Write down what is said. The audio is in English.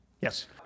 Yes